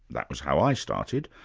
that was how i started.